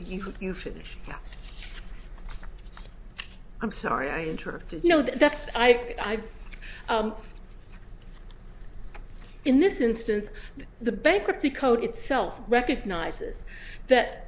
you could you finish i'm sorry i interrupted you no that's i've in this instance the bankruptcy code itself recognizes that